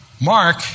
Mark